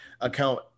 account